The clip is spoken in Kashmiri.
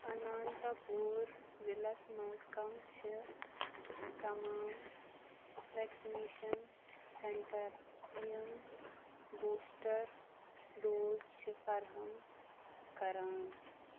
اَننتا پوٗر ضلعس مَنٛز کم چھِ تمام ویکسِنیشن سینٹر یِم بوٗسٹر ڈوز چھِ فراہَم کران؟